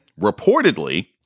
reportedly